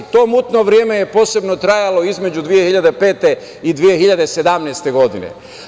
To mutno vreme je posebno trajalo između 2005. i 2017. godine.